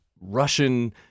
Russian